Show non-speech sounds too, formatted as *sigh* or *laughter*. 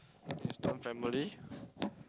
*noise* Instant Family *noise*